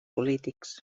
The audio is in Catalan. polítics